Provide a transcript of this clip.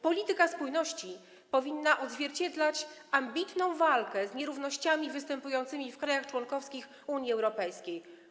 Polityka spójności powinna odzwierciedlać ambitną walkę z nierównościami występującymi w krajach członkowskich Unii Europejskiej.